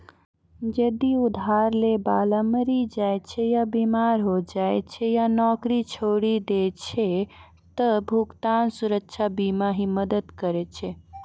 जदि उधार लै बाला मरि जाय छै या बीमार होय जाय छै या नौकरी छोड़ि दै छै त भुगतान सुरक्षा बीमा ही मदद करै छै